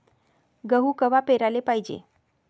गहू कवा पेराले पायजे?